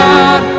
God